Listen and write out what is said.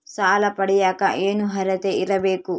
ಸಾಲ ಪಡಿಯಕ ಏನು ಅರ್ಹತೆ ಇರಬೇಕು?